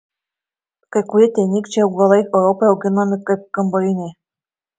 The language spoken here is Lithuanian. kai kurie tenykščiai augalai europoje auginami kaip kambariniai